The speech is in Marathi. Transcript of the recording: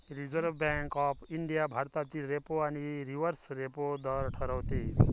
रिझर्व्ह बँक ऑफ इंडिया भारतातील रेपो आणि रिव्हर्स रेपो दर ठरवते